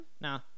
Nah